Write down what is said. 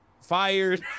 fired